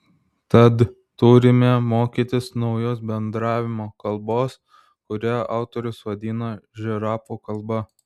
tad turime mokytis naujos bendravimo kalbos kurią autorius vadina žirafų kalba